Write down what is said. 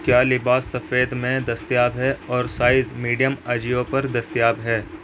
کیا لباس سفید میں دستیاب ہے اور سائز میڈیم اجیو پر دستیاب ہے